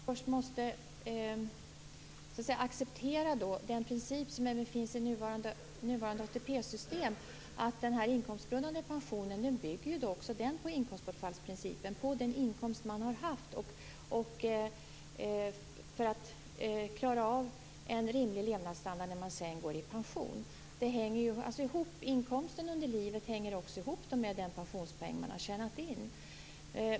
Herr talman! Ulla Hoffmann måste acceptera den princip som även finns i det nuvarande ATP-systemet. Den inkomstgrundande pensionen bygger också på inkomstbortfallsprincipen beräknat på den inkomst man har haft, dvs. för att få en rimlig levnadsstandard när man går i pension. Inkomsten under livet hänger också ihop med den pensionspoäng man har tjänat in.